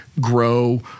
grow